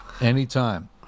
Anytime